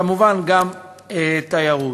כמובן, גם תיירות.